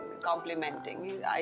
complimenting